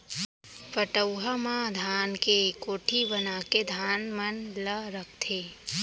पटउहां म धान के कोठी बनाके धान मन ल रखथें